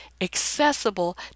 accessible